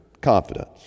confidence